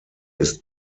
ist